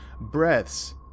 breaths